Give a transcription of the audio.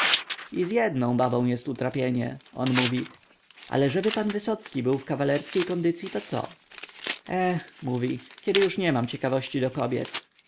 i z jedną babą jest utrapienie on mówi ale żeby pan wysocki był w kawalerskiej kondycyi to co eh mówi kiedy już nie mam ciekawości do kobiet